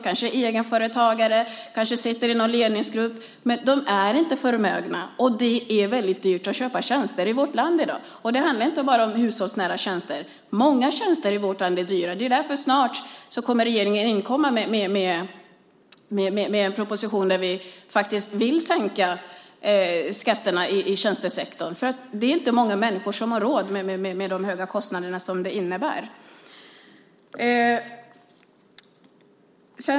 Kanske är de egenföretagare, kanske sitter de i någon ledningsgrupp. De är inte förmögna, men det är väldigt dyrt att köpa tjänster i vårt land i dag. Det handlar inte bara om hushållsnära tjänster. Många tjänster i vårt land är dyra. Det är därför regeringen snart kommer att inkomma med en proposition där vi vill sänka skatterna i tjänstesektorn. Det är inte många människor som har råd med de höga kostnader som det innebär.